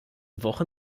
woche